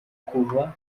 kuva